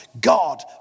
God